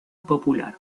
popular